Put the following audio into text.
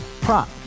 Prop